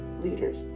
leaders